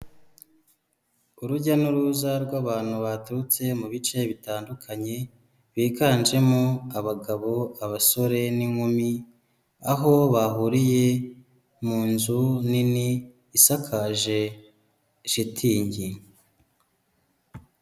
Urujya n'uruza rw'abantu baturutse mu bice bitandukanye biganjemo abagabo, abasore n'inkumi aho bahuriye mu nzu nini isakaje shitingi.